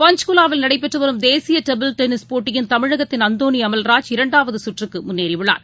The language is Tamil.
பஞ்ச்குலாவில் நடைபெற்றுவரும் தேசியடேபிள் டென்னிஸ் போட்டியில் தமிழகத்தின் அந்தோணிஅமல்ராஜ் இரண்டாவதுசுற்றுக்குமுன்னேறியுள்ளார்